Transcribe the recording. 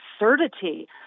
absurdity